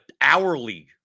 hourly